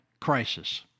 crisis